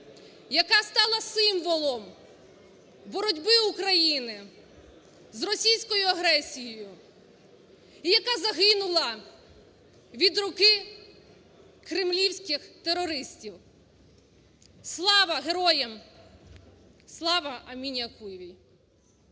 яка стала символом боротьби України з російською агресією і яка загинула від руки кремлівських терористів. Слава героям! Слава Аміні Окуєвій!